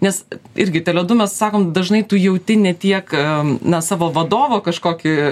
nes irgi tele du mes sakom dažnai tu jauti ne tiek na savo vadovo kažkokį